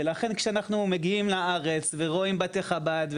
ולכן כשאנחנו מגיעים לארץ ורואים בתי חב"ד,